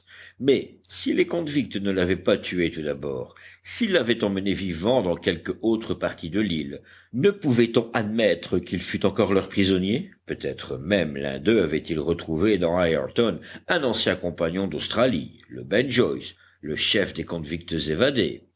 mais si les convicts ne l'avaient pas tué tout d'abord s'ils l'avaient emmené vivant dans quelque autre partie de l'île ne pouvait-on admettre qu'il fût encore leur prisonnier peut-être même l'un d'eux avait-il retrouvé dans ayrton un ancien compagnon d'australie le ben joyce le chef des convicts évadés